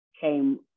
came